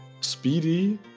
Speedy